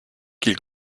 qu’il